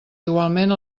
igualment